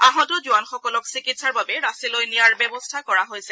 আহত জোৱানসকলক চিকিৎসাৰ বাবে ৰাঁচীলৈ নিয়াৰ ব্যৱস্থা কৰা হৈছে